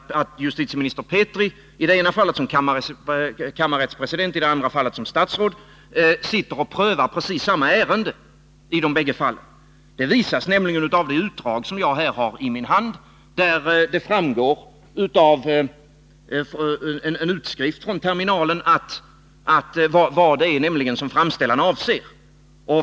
Att justitieminister Petri — i det ena fallet som kammarrättspresident och i det andra som statsråd — verkligen satt och prövade precis samma ärende framgår av det utdrag som jag här har i min hand. Det är en utskrift från terminalen, som visar vad det är som framställaren avser.